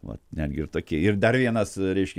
vat netgi ir tokie ir dar vienas reiškia